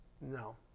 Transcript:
No